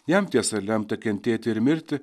jam tiesa lemta kentėti ir mirti